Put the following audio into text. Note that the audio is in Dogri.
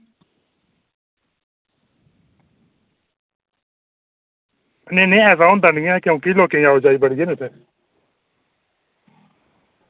नेईं नेईं ऐसा होंदा निं ऐ क्योंकि लोकें दी आओ जाई बड़ी ऐ ना इत्थें